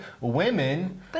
women